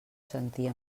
sentia